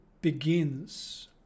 begins